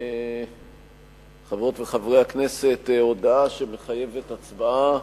חברות וחברי הכנסת, הודעה שמחייבת הצבעה,